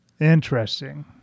Interesting